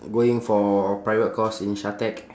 going for private course in shatec